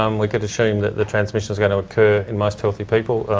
um we could assume that the transmission is going to occur in most healthy people.